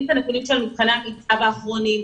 את הנתונים של מבחני המיצ"ב האחרונים,